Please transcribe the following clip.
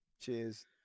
cheers